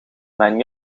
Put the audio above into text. mijn